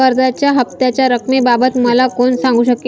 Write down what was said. कर्जाच्या हफ्त्याच्या रक्कमेबाबत मला कोण सांगू शकेल?